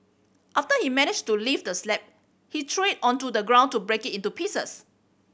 after he managed to lift the slab he threw it onto the ground to break it into pieces